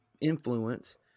influence